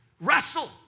Wrestle